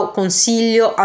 consiglio